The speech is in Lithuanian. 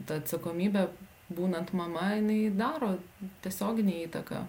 ta atsakomybė būnant mama jinai daro tiesioginę įtaką